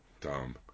dumb